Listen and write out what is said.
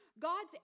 God's